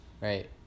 Right